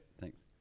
Thanks